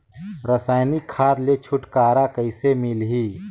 रसायनिक खाद ले छुटकारा कइसे मिलही?